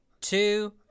two